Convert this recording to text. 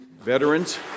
veterans